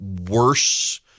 worse